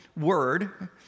word